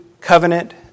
covenant